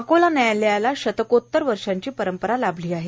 अकोला न्यायालयाला शतकोतर वर्षांची परंपरा लाभली आहे